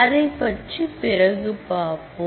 அதைப்பற்றி பிறகு பார்ப்போம்